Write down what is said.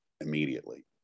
immediately